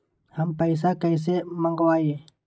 हम पैसा कईसे मंगवाई?